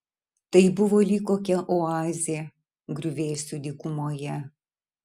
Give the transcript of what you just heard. tai buvo lyg kokia oazė griuvėsių dykumoje